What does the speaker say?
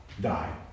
die